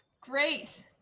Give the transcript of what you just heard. great